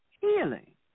healing